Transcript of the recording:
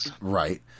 right